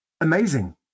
Amazing